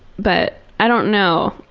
but i don't know,